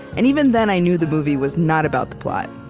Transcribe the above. and even then, i knew the movie was not about the plot.